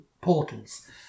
portals